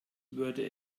würde